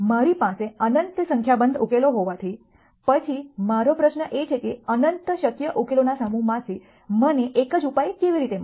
મારી પાસે અનંત સંખ્યાબંધ ઉકેલો હોવાથી પછી મારો પ્રશ્ન એ છે કે અનંત શક્ય ઉકેલોના સમૂહમાંથી મને એક જ ઉપાય કેવી રીતે મળે